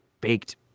baked